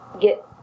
get